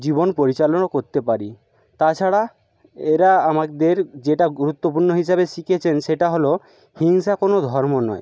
জীবন পরিচালনা করতে পারি তাছাড়া এরা আমাদের যেটা গুরুত্বপূর্ণ হিসাবে শিখিয়েছেন সেটা হল হিংসা কোনো ধর্ম নয়